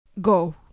go